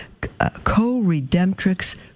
co-redemptrix